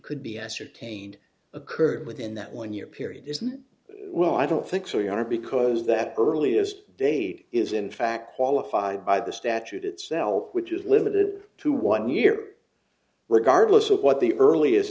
could be ascertained occurred within that one year period isn't well i don't think so your honor because that earliest date is in fact qualified by the statute itself which is limited to one year regardless of what the earliest